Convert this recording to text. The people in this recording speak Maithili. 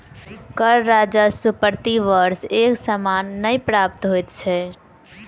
कर राजस्व प्रति वर्ष एक समान नै प्राप्त होइत छै